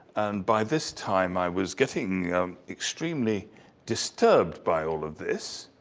by this time i was getting extremely disturbed by all of this,